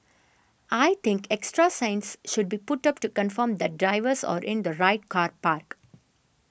I think extra signs should be put up to confirm that drivers are in the right car park